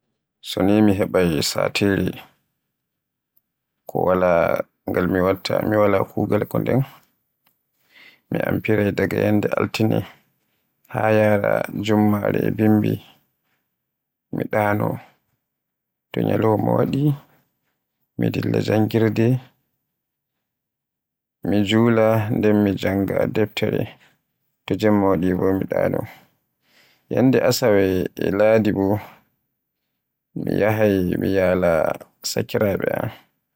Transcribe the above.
So ni mi heɓaay satire ko wala ngal mi watta, wala kugaal ko nden, MI amfiray daga ñyalde altine haa yara ñyalde jummare e bimbi mi ɗaano, to ñyalauma waɗi mi dilla janngirde mi jula nden jannga deftere. To jemma waɗi bo mi ɗaano. Ñyalde asawe e ladi bo mi yahaay mi yaala sakiraaɓe am